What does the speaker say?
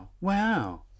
wow